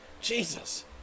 Jesus